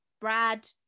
Brad